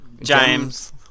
James